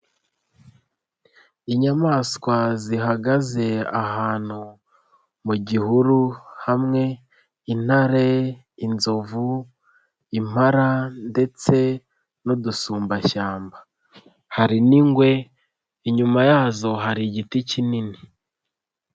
Inyamaswa zihagaze ahantu mu gihuru, hamwe intare, inzovu, impala ndetse n'udusumbashyamba. Hari n'ingwe, inyuma yazo hari igiti kinini.